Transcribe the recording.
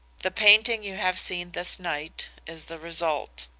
the painting you have seen this night is the result.